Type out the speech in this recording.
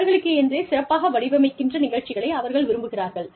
அவர்களுக்கென்றே சிறப்பாக வடிவமைக்கின்ற நிகழ்ச்சிகளை அவர்கள் விரும்புகிறார்கள்